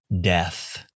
death